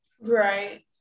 right